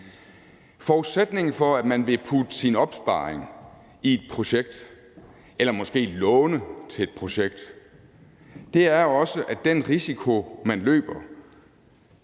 Forudsætningen for, at man vil putte sin opsparing i et projekt eller måske låne til et projekt, er også, at den risiko, man løber,